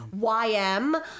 YM